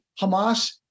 hamas